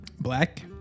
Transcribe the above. Black